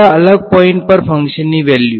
થોડા અલગ પોઈંટ પર ફંકશનની વેલ્યુ